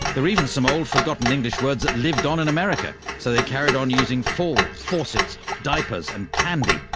there are even some old forgotten english words that lived on in america, so they carried on using fall faucets diapers and candy,